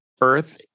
Earth